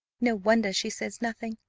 no wonder she says nothing.